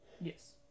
Yes